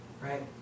Right